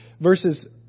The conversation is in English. verses